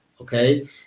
okay